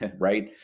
right